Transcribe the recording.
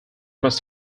must